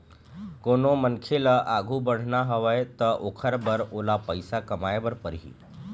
कोनो मनखे ल आघु बढ़ना हवय त ओखर बर ओला पइसा कमाए बर परही